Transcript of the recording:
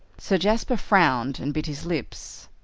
sir jasper frowned and bit his lips,